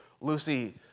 Lucy